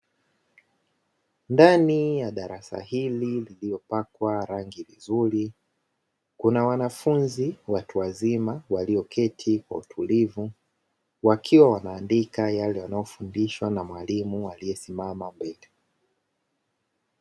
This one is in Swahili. Ndani ya darasa hili lililo pakwa rangi nzuri, kuna wanafunzi watu wazima walioketi kwa utulivu wakiwa wanaandika yale wanaofundishwq na mwalimu aliesimama mbele.